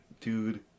Dude